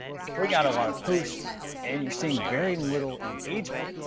you're putting out a lot of posts and you're seeing very little engagement.